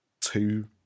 two-